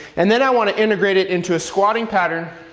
and then i want to integrate it into a squatting pattern.